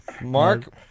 Mark